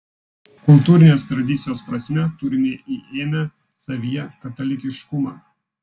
kultūrinės tradicijos prasme turime įėmę savyje katalikiškumą